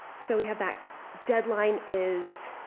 so we have that deadline is,